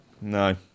No